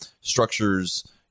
structures